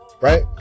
Right